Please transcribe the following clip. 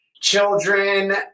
children